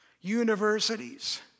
universities